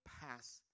pass